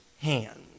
hand